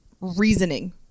reasoning